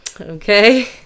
okay